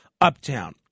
uptown